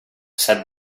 said